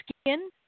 skin